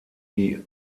die